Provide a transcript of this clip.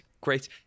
Great